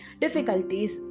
difficulties